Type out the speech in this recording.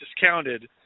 discounted